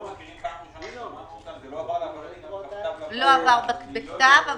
זה לא עבר בכתב.